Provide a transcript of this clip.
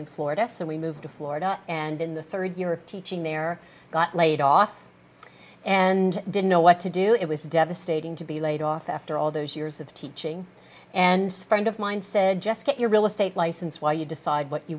in florida so we moved to florida and in the third year of teaching there got laid off and didn't know what to do it was devastating to be laid off after all those years of teaching and friend of mine said just get your real estate license while you decide what you